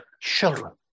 children